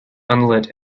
unlit